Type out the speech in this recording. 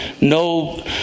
no